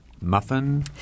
muffin